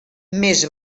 més